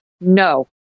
no